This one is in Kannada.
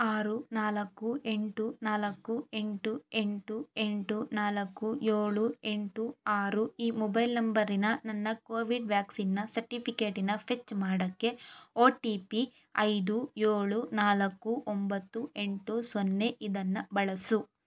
ಆರು ನಾಲ್ಕು ಎಂಟು ನಾಲ್ಕು ಎಂಟು ಎಂಟು ಎಂಟು ನಾಲ್ಕು ಏಳು ಎಂಟು ಆರು ಈ ಮೊಬೈಲ್ ನಂಬರಿನ ನನ್ನ ಕೋವಿಡ್ ವ್ಯಾಕ್ಸಿನ್ನ ಸರ್ಟಿಫಿಕೇಟಿನ ಫೆಚ್ ಮಾಡೋಕ್ಕೆ ಒ ಟಿ ಪಿ ಐದು ಏಳು ನಾಲ್ಕು ಒಂಬತ್ತು ಎಂಟು ಸೊನ್ನೆ ಇದನ್ನು ಬಳಸು